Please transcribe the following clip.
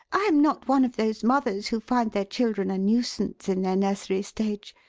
i am not one of those mothers who find their children a nuisance in their nursery stage.